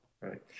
Right